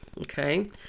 Okay